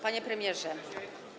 Panie Premierze!